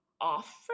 offer